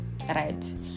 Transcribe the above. right